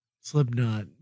Slipknot